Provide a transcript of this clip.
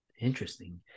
Interesting